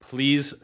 please